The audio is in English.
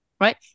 Right